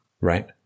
Right